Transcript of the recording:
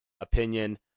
opinion